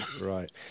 Right